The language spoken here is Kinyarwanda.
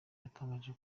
yatangaje